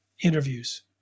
interviews